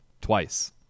twice